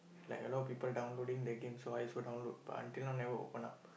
like a lot of people downloading the game so I also download but until now never open up